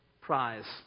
prize